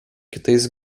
kitais